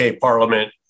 Parliament